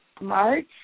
March